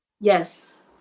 Yes